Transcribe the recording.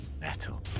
metal